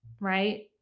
right